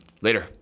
Later